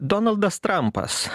donaldas trampas